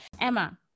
Emma